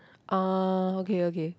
ah okay okay